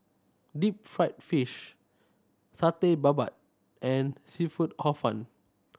deep fried fish Satay Babat and seafood Hor Fun